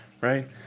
right